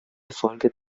erfolge